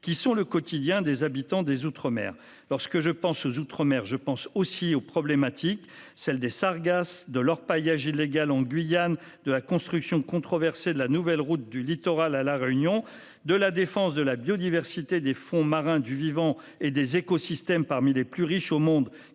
qui sont le quotidien des habitants des outre-mer. Lorsque je pense aux outre-mer, je pense aussi aux sargasses, à l'orpaillage illégal en Guyane, à la construction controversée de la nouvelle route du littoral à La Réunion, à la défense de la biodiversité des fonds marins, du vivant et des écosystèmes, qui figurent parmi les plus riches au monde